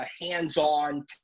hands-on